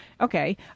okay